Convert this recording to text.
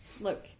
Look